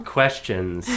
questions